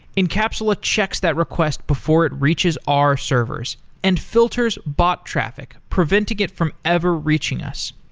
encapsula checks that request before it reaches our servers and filters bot traffic preventing it from ever reaching us.